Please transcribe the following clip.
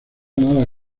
nada